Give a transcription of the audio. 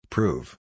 Prove